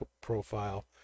profile